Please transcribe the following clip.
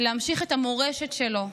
להמשיך את המורשת שלו.